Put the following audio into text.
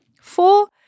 Four